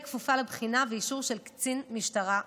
כפופה לבחינה ואישור של קצין משטרה בכיר.